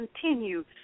continue